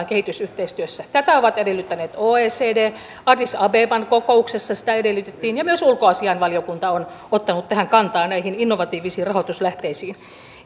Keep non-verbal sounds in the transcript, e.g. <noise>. <unintelligible> kehitysyhteistyössä tätä ovat edellyttäneet oecd addis abeban kokouksessa sitä edellytettiin ja myös ulkoasiainvaliokunta on ottanut kantaa näihin innovatiivisiin rahoituslähteisiin